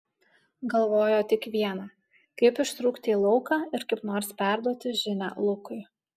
galvojo tik viena kaip ištrūkti į lauką ir kaip nors perduoti žinią lukui